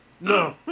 No